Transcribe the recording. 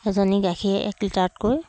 এজনী গাখীৰ এক লিটাৰতকৈ